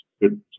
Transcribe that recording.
good